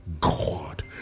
God